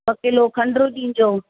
ॿ किलो खंडु ॾिजो